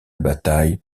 bataille